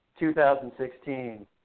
2016